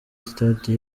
stade